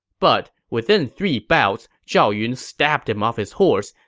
but within three bouts, zhao yun stabbed him off his horse,